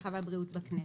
הרווחה והבריאות בכנסת.